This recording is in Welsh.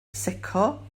secco